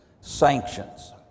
sanctions